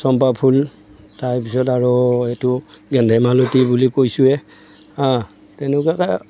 চম্পা ফুল তাৰপিছত আৰু এইটো গেন্ধে মালতী বুলি কৈছোৱে হাঁ তেনেকুৱাকে